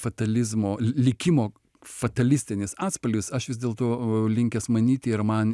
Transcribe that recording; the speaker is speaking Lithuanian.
fatalizmo likimo fatalistinis atspalvis aš vis dėlto linkęs manyti ir man